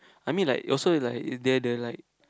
I mean like also like they are the like